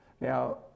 Now